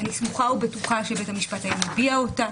אני סמוכה ובטוחה שבית המשפט היה מביע אותה.